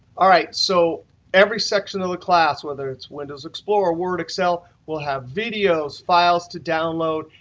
all right. so every section of the class whether it's windows explorer, word, excel will have videos, files to download,